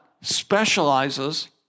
specializes